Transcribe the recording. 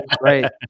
right